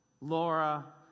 Laura